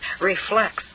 reflects